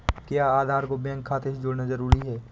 क्या आधार को बैंक खाते से जोड़ना जरूरी है?